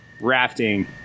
rafting